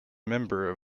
member